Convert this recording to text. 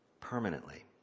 permanently